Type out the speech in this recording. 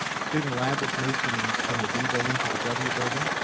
student lab was moved and from the d building to the w building.